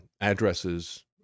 addresses